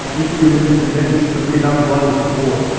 um enkidu had been diminished, so he could not run as before,